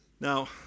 Now